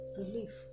relief